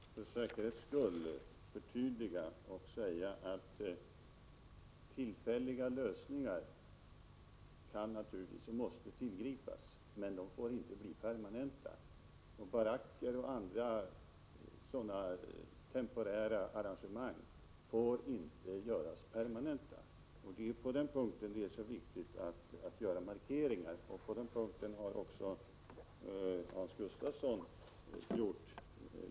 Herr talman! Får jag för säkerhets skull göra ett förtydligande genom att säga att tillfälliga lösningar naturligtvis kan och måste tillgripas men att de inte får bli permanenta. Baracker och andra temporära arrangemang får inte göras permanenta. På den punkten är det mycket viktigt att göra markeringar, och det har också Hans Gustafsson gjort.